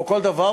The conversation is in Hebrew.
או כל דבר,